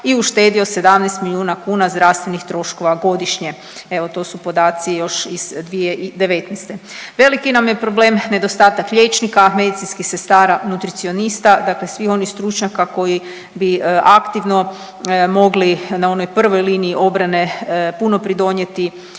i uštedio 17 milijuna kuna zdravstvenih troškova godišnje. Evo to su podaci još iz 2019. Veliki nam je problem nedostatak liječnika, medicinskih sestara, nutricionista dakle svih onih stručnjaka koji bi aktivno mogli na onoj prvoj liniji obrane puno pridonijeti